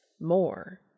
more